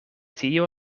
tio